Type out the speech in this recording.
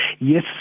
yes